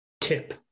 tip